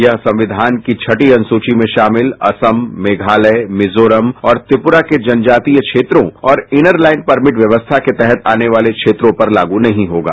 यह संविधान की छठी अनुसूची में शामिल असम मेघालय मिजोरम और त्रिपुरा के जनजातीय क्षेत्रों और इनरलाइन परमिट व्यवस्था के तहत आने वाले क्षेत्रों पर लागू नहीं होगा